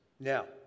Now